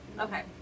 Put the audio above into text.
Okay